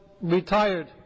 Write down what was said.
retired